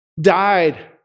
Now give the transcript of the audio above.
died